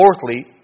fourthly